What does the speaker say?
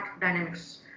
dynamics